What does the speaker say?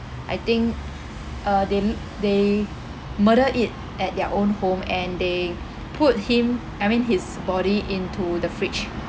I think uh they they murder it at their own home and they put him I mean his body into the fridge